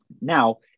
Now